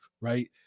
right